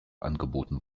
angeboten